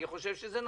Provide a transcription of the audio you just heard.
אני חושב שזה נכון.